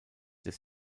des